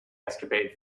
escapade